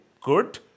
Good